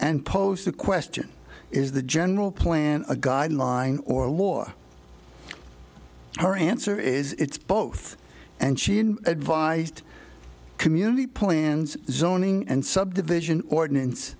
and pose the question is the general plan a guideline or war her answer is it's both and she advised community plans zoning and subdivision ordinance